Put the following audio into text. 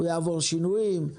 הוא יעבור שינויים,